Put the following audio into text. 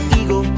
ego